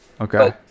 Okay